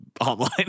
online